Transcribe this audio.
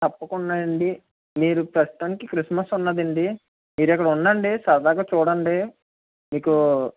తప్పకుండా అండి మీరు ప్రస్తుతానికి క్రిస్మస్ ఉన్నది అండి మీరు ఇక్కడ ఉండండి సరదాగా చూడండి మీకు